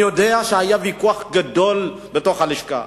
אני יודע שהיה ויכוח גדול בתוך הלשכה.